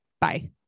Bye